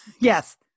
Yes